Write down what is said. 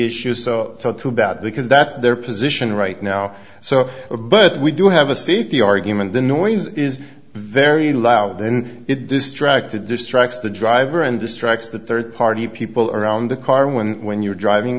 issue so too bad because that's their position right now so but we do have a seat the argument the noise is very loud and it distracted distracts the driver and distracts the third party people around the car when when you're driving